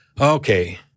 okay